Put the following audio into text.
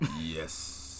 yes